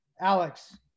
alex